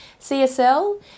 CSL